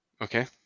Okay